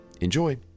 Enjoy